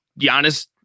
Giannis